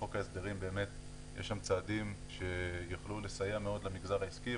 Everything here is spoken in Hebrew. בחוק ההסדרים יש באמת צעדים שיוכלו מאוד לסייע למגזר העסקי,